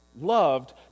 loved